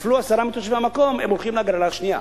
נפלו עשרה מתושבי המקום, הם הולכים להגרלה השנייה.